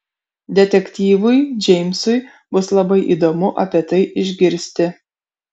detektyvui džeimsui bus labai įdomu apie tai išgirsti